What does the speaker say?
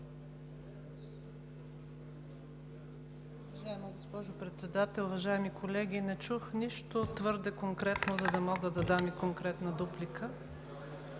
Уважаема госпожо Председател, уважаеми колеги! Не чух нищо твърде конкретно, за да мога да дам и конкретна дуплика.